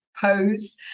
pose